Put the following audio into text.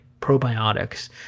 probiotics